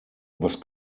was